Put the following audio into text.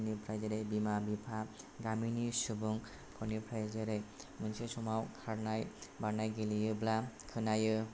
बिथांमोननिफ्राय जेरै बिमा बिफा गामिनि सुबुंफोरनिफ्राय जेरै मोनसे समाव खारनाय बारनाय गेलेयोब्ला खोनायो